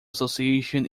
association